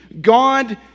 God